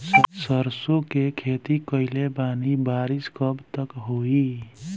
सरसों के खेती कईले बानी बारिश कब तक होई?